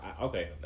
okay